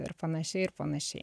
ir panašiai ir panašiai